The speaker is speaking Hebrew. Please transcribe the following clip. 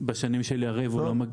בשנים של יריב הוא לא מכיר,